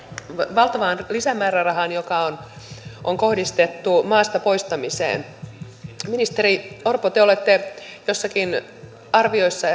valtavaan lisämäärärahaan joka on on kohdistettu maasta poistamiseen ministeri orpo te olette joissakin arvioissa